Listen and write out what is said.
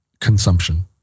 consumption